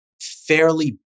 fairly